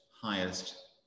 highest